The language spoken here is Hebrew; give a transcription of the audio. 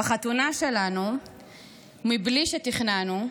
בלי שתכננו,